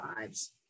lives